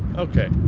okay,